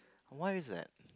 why is that